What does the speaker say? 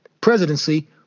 presidency